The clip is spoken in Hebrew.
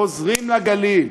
חוזרים לגליל.